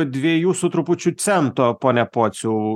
dviejų su trupučiu cento pone pociau